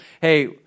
hey